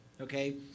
okay